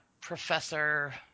professor